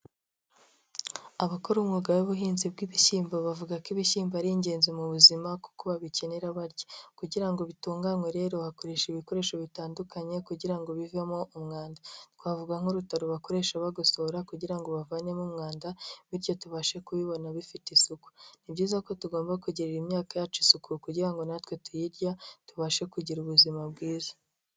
Abakora umwuga w'ubuhinzi bw'ibishyimbo, bavuga ko ibishyimbo ari ingenzi mu buzima kuko babikenera barya kugira ngo bitunganwe rero bakoresha ibikoresho bitandukanye kugira ngo bivemo umwanda. Twavuga: nk'urutaro bakoresha bagosora kugira ngo bavanemo umwanda bityo tubashe kubibona bifite isuku. Ni byiza ko tugomba kugirira imyaka yacu isuku kugira ngo natwe tuyirya, tubashe kugira ubuzima bwiza.